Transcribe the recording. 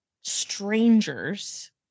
strangers